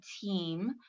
team